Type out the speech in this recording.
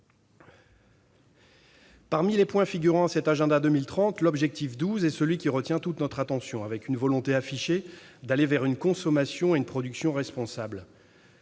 Parmi les points figurant à cet agenda 2030, l'objectif 12 est celui qui retient toute notre attention, avec une volonté affichée d'aller vers une consommation et une production responsables.